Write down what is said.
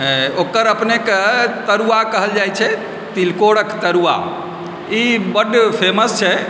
ओकरा अपनेके तरुआ कहल जाइत छै तिलकोरक तरुआ ई बड्ड फेमस छै